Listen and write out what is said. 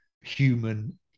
human